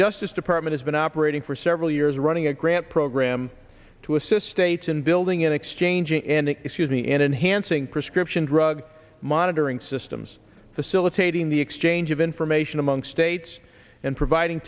justice department has been operating for several years running a grant program to assist states in building in exchanging and excuse me enhancing prescription drug monitoring systems facilitating the exchange of information among states and providing